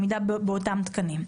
עמידה באותם תקנים.